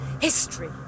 history